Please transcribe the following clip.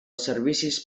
servicis